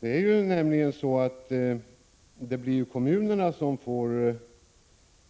Det blir nämligen kommunerna som får